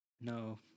No